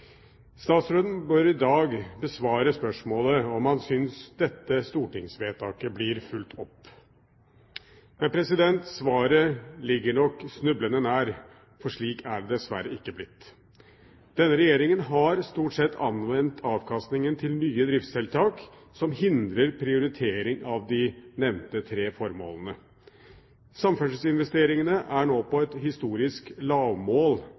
Statsråden bør i dag besvare spørsmålet om han syns dette stortingsvedtaket blir fulgt opp. Svaret ligger nok snublende nær, for slik er det dessverre ikke blitt. Denne regjeringen har stort sett anvendt avkastningen til nye driftstiltak, som hindrer prioritering av de nevnte tre formålene. Samferdselsinvesteringene er nå på et historisk lavmål,